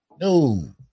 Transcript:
No